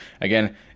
Again